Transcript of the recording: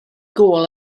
gôl